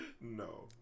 no